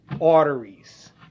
arteries